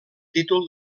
títol